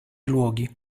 luoghi